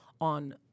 on